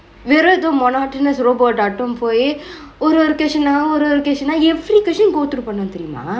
வேர எதோ:verae etho monotonous robot டாட்டொ போய் ஒரு ஒரு:tatto poi oru oru question னா ஒரு ஒரு:naa oru oru question னா:naa every question go through பன்னு தெரியுமா:pannu teriyumaa